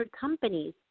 companies